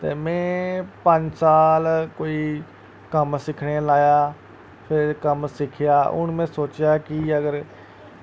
ते में पंज साल कोई कम्म सिक्खने ई लाया फ्ही कम्म सिक्खेआ हून में सोचेआ कि अगर